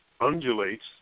undulates